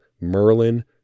Merlin